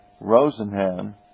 Rosenhan